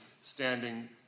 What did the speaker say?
standing